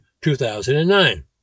2009